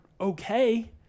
okay